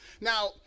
Now